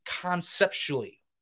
conceptually